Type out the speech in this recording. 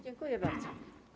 Dziękuję bardzo.